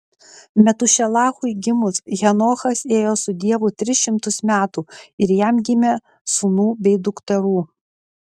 metušelachui gimus henochas ėjo su dievu tris šimtus metų ir jam gimė sūnų bei dukterų